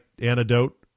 antidote